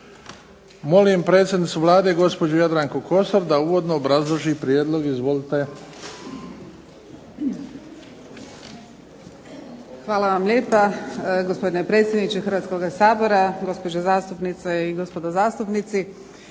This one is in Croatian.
Molim predsjednicu Vlade gospođu Jadranku Kosor da uvodno obrazloži prijedlog. Izvolite. **Kosor, Jadranka (HDZ)** Hvala vam lijepa, gospodine predsjedniče Hrvatskoga sabora, gospođe zastupnice i gospodo zastupnici.